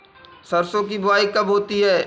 सरसों की बुआई कब होती है?